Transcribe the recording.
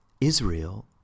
Israel